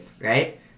right